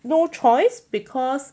no choice because